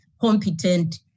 competent